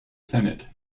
senate